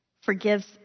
forgives